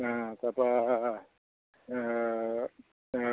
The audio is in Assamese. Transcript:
অ' তাপা